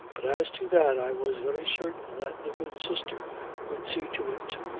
but as to that i was very certain that the good sister would see to it.